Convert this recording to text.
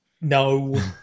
No